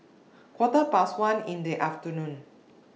Quarter Past one in The afternoon